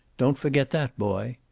don't forget that, boy.